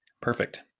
perfect